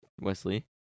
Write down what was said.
Wesley